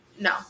no